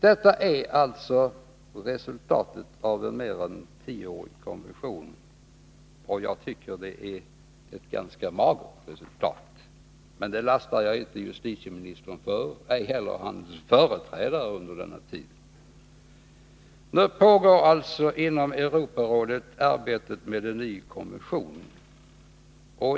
Detta är alltså resultatet av en mer än tioårig konvention. Jag tycker att det är ganska magert, men det lastar jag inte justitieministern för, ej heller hans företrädare under den aktuella tiden. Inom Europarådet pågår alltså nu arbetet med en ny konvention.